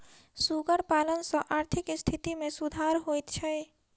सुगर पालन सॅ आर्थिक स्थिति मे सुधार होइत छै